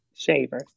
Shaver